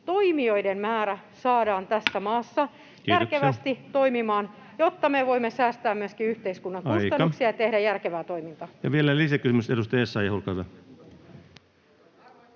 toimijoiden määrä saadaan tässä maassa järkevästi toimimaan, [Puhemies: Kiitoksia!] jotta me voimme säästää myöskin yhteiskunnan kustannuksia [Puhemies: Aika!] ja tehdä järkevää toimintaa. Ja vielä lisäkysymys. — Edustaja Essayah, olkaa hyvä.